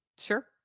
Sure